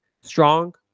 Strong